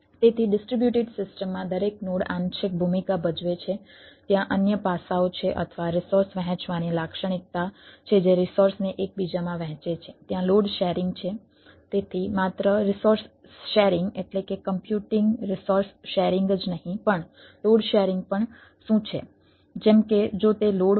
તેથી ડિસ્ટ્રિબ્યુટેડ સિસ્ટમમાં દરેક નોડ આંશિક ભૂમિકા ભજવે છે ત્યાં અન્ય પાસાઓ છે અથવા રિસોર્સ વહેંચવાની લાક્ષણિકતા છે જે રિસોર્સને એકબીજામાં વહેંચે છે ત્યાં લોડ શેરિંગ કરવાની જરૂર હોય